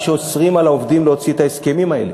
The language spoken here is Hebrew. שאוסרים על העובדים להוציא את ההסכמים האלה.